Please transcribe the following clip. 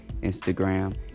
Instagram